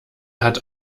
hat